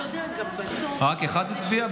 רק אחד הצביע?